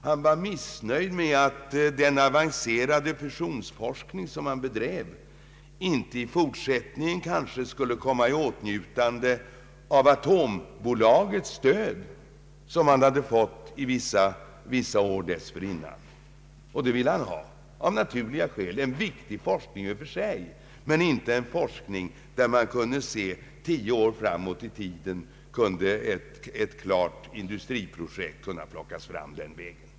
Han var missnöjd över att den avancerade fusionsforskning som han bedrev kanske i fortsättningen inte skulle komma i åt njutande av Atombolagets stöd, som han hade fått under vissa år dessförinnan. Det stödet ville han av naturliga skäl ha; detta är en viktig forskning i och för sig men inte en forskning som kan se tio år framåt i tiden och ställa i utsikt att ett industriprojekt då skall kunna plockas fram den vägen.